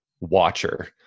watcher